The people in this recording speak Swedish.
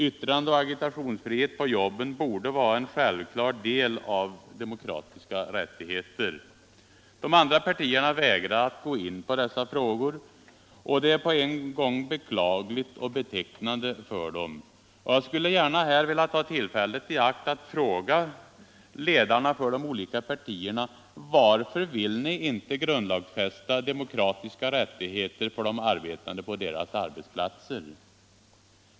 Yttrandeoch agitationsfrihet på jobben borde vara en självklar del av demokratiska rättigheter. De andra partierna vägrar att gå in på dessa frågor. Det är på en gång beklagligt och betecknande för dem. Och jag vill här ta tillfället i akt att fråga ledarna för de övriga partierna: Varför vill ni inte grundlagsfästa demokratiska rättigheter för de arbetande på deras arbetsplatser?